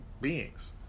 beings